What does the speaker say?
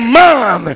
man